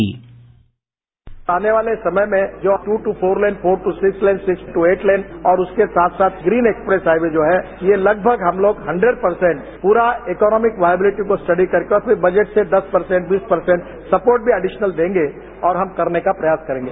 sound bite आने वाले समय में जो two two four lane four two six lane six two eight lane और उसके साथ साथ ग्रीन एक्सप्रैस हाइवे जो है ये लगभग हम लोग हंडरेड परसेंट पूरा इक्नॉमिक वाइवेट को स्टडी कर कर के फिर बजट से दस परसेंट बीस परसेंट सपोर्ट भी एडिशनल देंगे और हम करने का प्रयास करेंगे